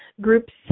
groups